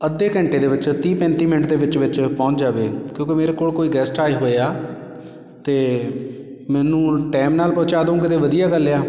ਅੱਧੇ ਘੰਟੇ ਦੇ ਵਿੱਚ ਤੀਹ ਪੈਂਤੀ ਮਿੰਟ ਦੇ ਵਿੱਚ ਵਿੱਚ ਪਹੁੰਚ ਜਾਵੇ ਕਿਉਂਕਿ ਮੇਰੇ ਕੋਲ ਕੋਈ ਗੈਸਟ ਆਏ ਹੋਏ ਆ ਅਤੇ ਮੈਨੂੰ ਟਾਈਮ ਨਾਲ ਪਹੁੰਚਾ ਦੂੰਗੇ ਤਾਂ ਵਧੀਆ ਗੱਲ ਆ